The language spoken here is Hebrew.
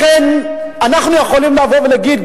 לכן אנחנו יכולים לבוא ולהגיד,